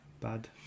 bad